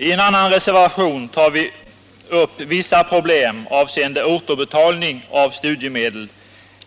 I en annan reservation berörs vissa problem avseende återbetalning av studiemedel